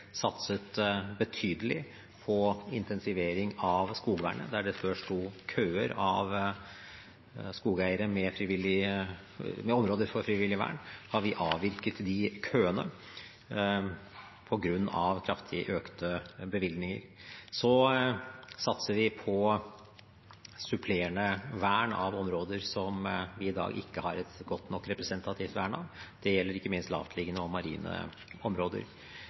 satset betydelig på intensivering av skogvernet. Der det før sto køer av skogeiere med områder for frivillig vern, har vi «avvirket» de køene på grunn av kraftig økte bevilgninger. Så satser vi på supplerende vern av områder som vi i dag ikke har et godt nok representativt vern av. Det gjelder ikke minst lavtliggende og marine områder.